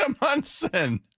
Munson